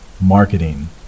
marketing